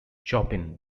chopin